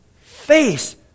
face